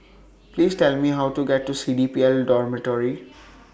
Please Tell Me How to get to C D P L Dormitory